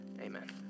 Amen